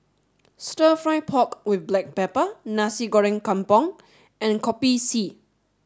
Stir Fry Pork with Black Pepper Nasi Goreng Kampung and Kopi C